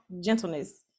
gentleness